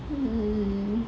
hmm